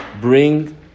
bring